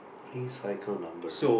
recycle number